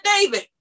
David